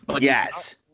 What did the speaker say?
Yes